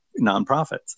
nonprofits